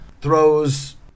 throws